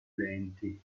venti